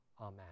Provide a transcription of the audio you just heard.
Amen